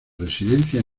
residencia